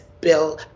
bill